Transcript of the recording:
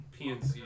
PNC